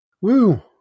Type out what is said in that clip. Woo